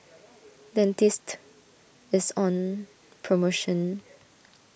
Dentiste is on promotion